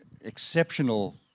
exceptional